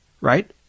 right